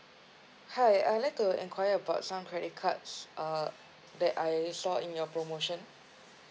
hi I'd like to inquire about some credit cards uh that I saw in your promotion